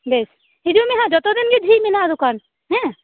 ᱵᱮᱥ ᱦᱤᱡᱩᱜ ᱢᱮᱦᱟᱜ ᱡᱚᱛᱚ ᱫᱤᱱᱜᱮ ᱡᱷᱤᱡ ᱢᱮᱱᱟᱜᱼᱟ ᱫᱚᱠᱟᱱ ᱦᱮᱸ